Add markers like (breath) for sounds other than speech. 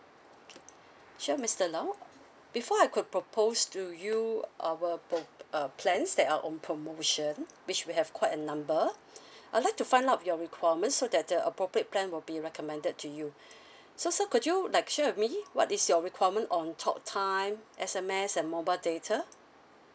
okay (breath) sure mister low uh before I could propose to you our pro~ uh plans that are on promotion which we have quite a number (breath) I'd like to find out your requirement so that the appropriate plan will be recommended to you (breath) so so could you like share with me what is your requirement on talk time S_M_S and mobile data